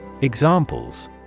Examples